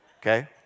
Okay